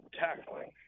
tackling